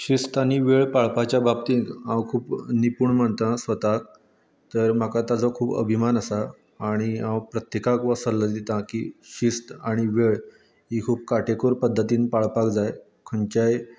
शिस्त आनी वेळ पाळपाच्या बाबतींत हांव खूब निपूण मानता स्वताक तर म्हाका ताचो खूब अभिमान आसा आणी हांव प्रत्येकांक हो सल्लो दिता की शिस्त आनी वेळ ही खूब काटेखोर पद्दतीन पाळपाक जाय खंयच्याय